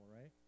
right